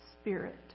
spirit